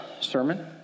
sermon